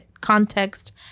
context